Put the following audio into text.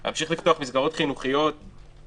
להמשיך לפתוח מסגרות חינוך ולדאוג